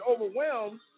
overwhelmed